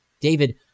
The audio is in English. David